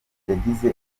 yagize